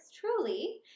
truly